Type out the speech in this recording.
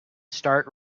start